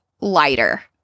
lighter